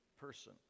person